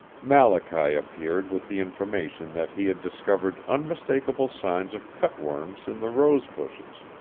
malachy appeared with the information that he had discovered unmistakable signs of cutworms in the rose-bushes,